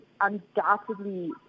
undoubtedly